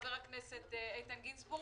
חבר הכנסת איתן גינזבורג.